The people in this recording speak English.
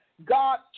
God